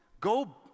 Go